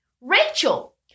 rachel